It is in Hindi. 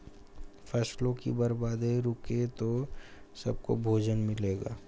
फसलों की बर्बादी रुके तो सबको भोजन मिलेगा